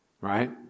right